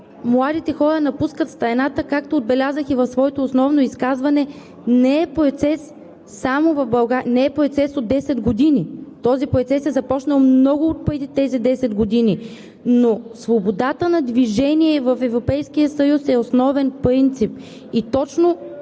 младите хора напускат страната, както отбелязах и в своето основно изказване, не е процес само в България, не е процес от 10 години. Този процес е започнал много преди тези 10 години, но свободата на движение в Европейския съюз е основен принцип.